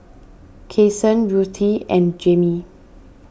Kason Ruthie and Jamey